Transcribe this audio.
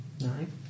Nine